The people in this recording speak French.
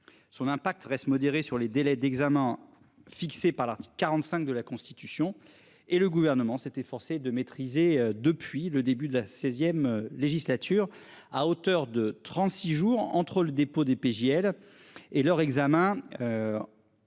Son impact reste modéré sur les délais d'examen fixées par l'article 45 de la Constitution et le gouvernement s'est efforcé de maîtriser. Depuis le début de la 16e législature à hauteur de 36 jours entre le dépôt DPJ elle et leur examen.